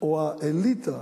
או האליטה